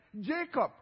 Jacob